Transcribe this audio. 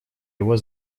его